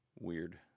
weird